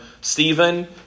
Stephen